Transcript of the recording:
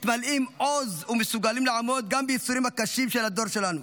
מתמלאים עוז ומסוגלים לעמוד גם בייסורים הקשים של הדור שלנו,